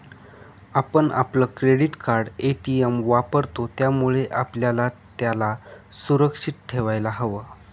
आपण आपलं credit card, ATM वापरतो, त्यामुळे आपल्याला त्याला सुरक्षित ठेवायला हव